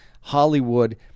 Hollywood